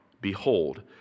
behold